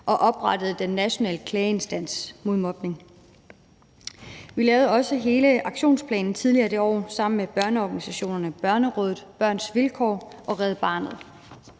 og oprettet Den Nationale Klageinstans mod Mobning. Vi lavede også hele aktionsplanen tidligere det år sammen med børneorganisationerne Børnerådet, Børns Vilkår og Red Barnet,